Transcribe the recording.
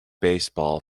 baseball